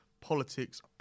politics